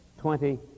Twenty